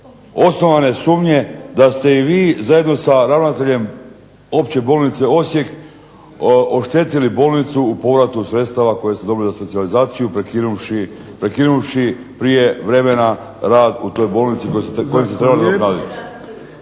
osnovane sumnje da ste i vi zajedno sa ravnateljem Opće bolnice Osijek oštetili bolnicu u povratu sredstava koje ste dobili za specijalizaciju prekinuvši prijevremena rad u toj bolnici koji ste trebali nadoknadit.